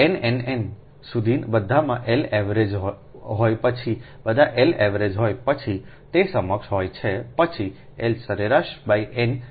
n n n સુધી બધામાં L average હોય પછી બધા L એવરેજ હોય પછી તે સમકક્ષ હોય પછી L સરેરાશ n બરાબર છે